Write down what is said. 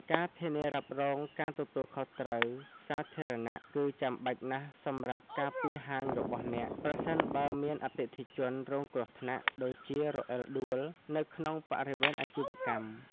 ការធានារ៉ាប់រងការទទួលខុសត្រូវសាធារណៈ គឺចាំបាច់ណាស់សម្រាប់ការពារហាងរបស់អ្នក ប្រសិនបើមានអតិថិជនរងគ្រោះថ្នាក់ (ដូចជា រអិលដួល) នៅក្នុងបរិវេណអាជីវកម្ម។